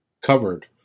covered